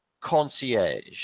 concierge